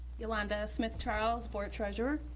yolanda smith-charles, board treasurer.